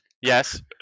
yes